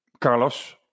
Carlos